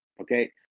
okay